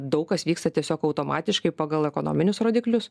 daug kas vyksta tiesiog automatiškai pagal ekonominius rodiklius